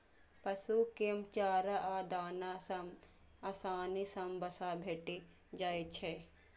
पशु कें चारा आ दाना सं आसानी सं वसा भेटि जाइ छै